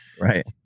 Right